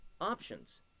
options